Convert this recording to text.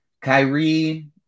Kyrie